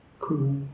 cool